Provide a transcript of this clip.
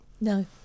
No